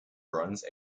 bronze